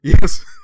Yes